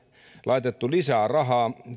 laitettu lisää rahaa